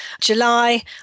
July